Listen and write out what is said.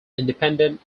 independent